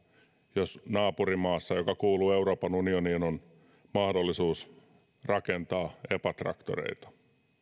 jos naapurimaassa joka kuuluu euroopan unioniin on mahdollisuus rakentaa epa traktoreita